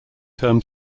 term